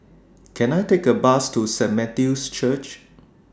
Can I Take A Bus to Saint Matthew's Church